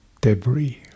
debris